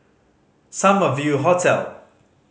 Summer View Hotel